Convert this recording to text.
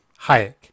Hayek